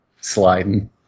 sliding